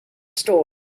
store